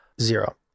Zero